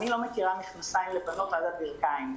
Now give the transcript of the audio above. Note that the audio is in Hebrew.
אני לא מכירה מכנסיים לבנות עד הברכיים,